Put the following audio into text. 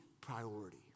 priority